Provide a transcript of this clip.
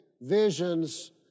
visions